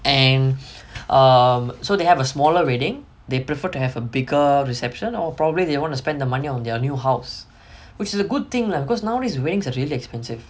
and um so they have a smaller wedding they prefer to have a bigger reception or probably they want to spend the money on their new house which is a good thing lah because nowadays weddings are really expensive